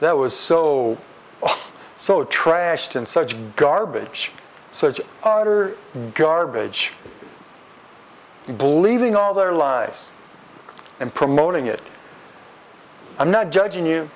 that was so so trashed and such garbage such utter garbage believing all their lies and promoting it i'm not judging you